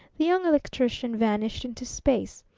the young electrician vanished into space.